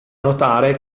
notare